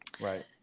Right